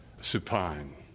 supine